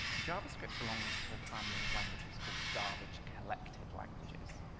javascript belongs to a family of languages called garbage-collected languages,